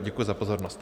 Děkuji za pozornost.